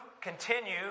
continue